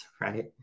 right